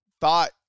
thought